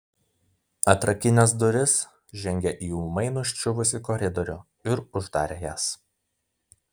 atrakinęs duris žengė į ūmai nuščiuvusį koridorių ir uždarė jas